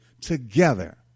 together